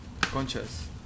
conchas